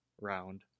round